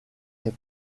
est